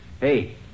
Hey